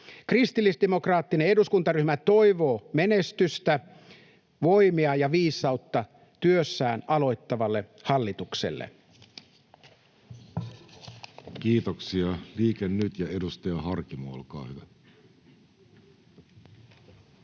Kristillisdemokraattinen eduskuntaryhmä toivoo menestystä, voimia ja viisautta työssään aloittavalle hallitukselle. [Speech 24] Speaker: Jussi Halla-aho